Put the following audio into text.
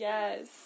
Yes